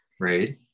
Right